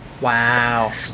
Wow